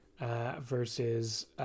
versus